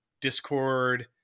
Discord